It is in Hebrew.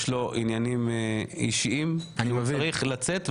יש לו עניינים אישיים והוא צריך לצאת.